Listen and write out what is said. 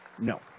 no